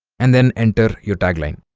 and then enter your tagline